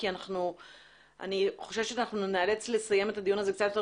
כי אני חוששת שניאלץ לסיים את הדיון הזה קצת יותר